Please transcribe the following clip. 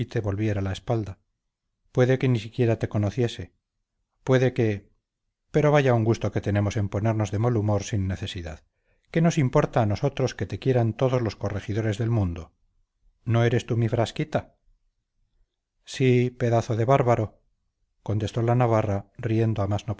volviera la espalda puede que ni siquiera te conociese puede que pero vaya un gusto que tenemos en ponernos de mal humor sin necesidad qué nos importa a nosotros que te quieran todos los corregidores del mundo no eres tú mi frasquita sí pedazo de bárbaro contestó la navarra riendo a más